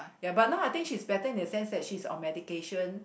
ya but now I think she's better in the sense that she's on medication